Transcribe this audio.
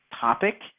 topic